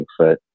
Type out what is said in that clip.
Bigfoot